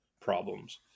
problems